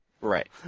Right